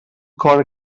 cor